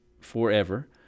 forever